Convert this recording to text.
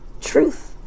truth